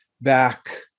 back